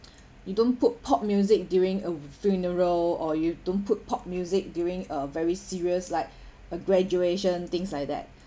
you don't put pop music during a funeral or you don't put pop music during a very serious like a graduation things like that